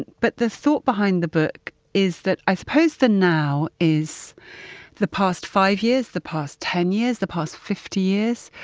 and but the thought behind the book is i i suppose the now is the past five years, the past ten years, the past fifty years,